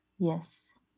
yes